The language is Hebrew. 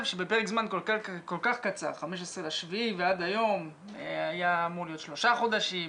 שבפרק זמן כל כך קצר 15.7 ועד היום היה אמור להיות שלושה חודשים,